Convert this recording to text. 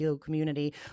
community